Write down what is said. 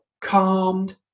Calmed